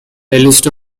list